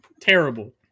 Terrible